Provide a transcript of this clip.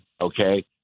okay